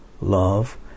love